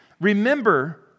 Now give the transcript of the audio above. Remember